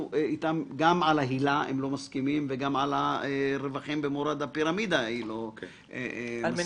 וגם על הרווחים במורד הפירמידה הם לא מסכימים.